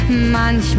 manchmal